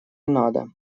надо